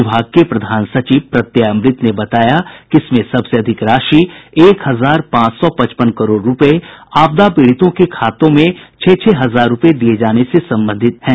विभाग के प्रधान सचिव प्रत्यय अमृत ने बताया कि इसमें सबसे अधिक राशि एक हजार पांच सौ पचपन करोड़ रूपये आपदा पीड़ितों के खाते में छह छह हजार रूपये दिये जाने से संबंधित है